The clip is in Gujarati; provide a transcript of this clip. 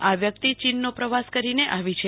આ વ્યક્તિ ચીનનો પ્રવાસ કરીને આવી છે